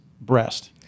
breast